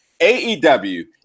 AEW